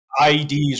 IEDs